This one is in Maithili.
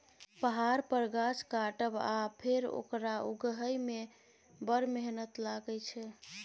पहाड़ पर गाछ काटब आ फेर ओकरा उगहय मे बड़ मेहनत लागय छै